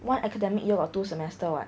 one academic year got two semester [what]